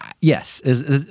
Yes